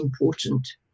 important